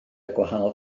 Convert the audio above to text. gwahanol